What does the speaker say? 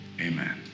Amen